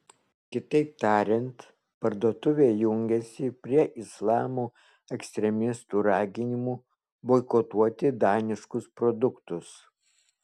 kitaip tariant parduotuvė jungiasi prie islamo ekstremistų raginimų boikotuoti daniškus produktus